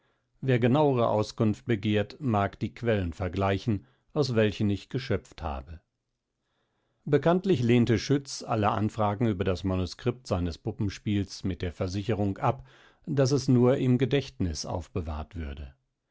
wer genauere auskunft begehrt mag die quellen vergleichen aus welchen ich geschöpft habe bekanntlich lehnte schütz alle anfragen über das manuscript seines puppenspiels mit der versicherung ab daß es nur im gedächtniss aufbewahrt würde